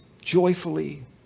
joyfully